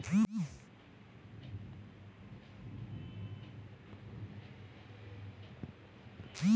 నా debit card కి apply చూసాను పిన్ నంబర్ ఎన్ని రోజుల్లో వస్తుంది?